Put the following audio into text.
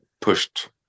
pushed